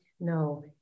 No